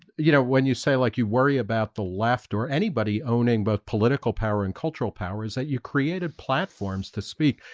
you know when you say like you worry about the left or anybody owning both political power and cultural power. is that you created? platforms to speak.